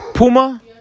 Puma